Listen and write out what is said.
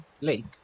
lake